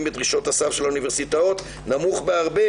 בדרישות הסף של האוניברסיטאות נמוך בהרבה